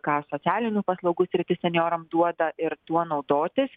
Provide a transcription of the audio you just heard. ką socialinių paslaugų sritis senjorams duoda ir tuo naudotis